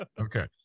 okay